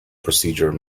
procedure